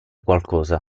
qualcosa